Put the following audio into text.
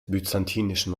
byzantinischen